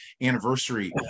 anniversary